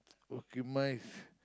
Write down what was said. okay my is